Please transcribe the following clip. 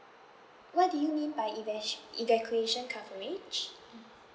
what do you mean by eva~ evacuation coverage mm